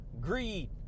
Greed